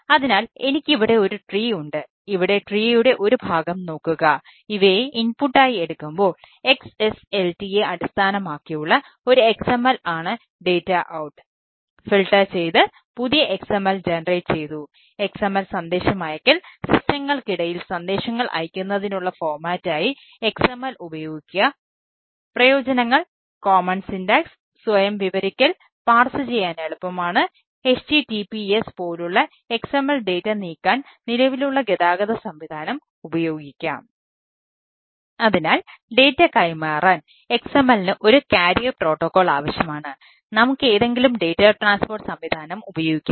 അതിനാൽ എനിക്ക് ഇവിടെ ഒരു ട്രീ നീക്കാൻ നിലവിലുള്ള ഗതാഗത സംവിധാനം ഉപയോഗിക്കാം